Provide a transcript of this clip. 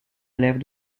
élèves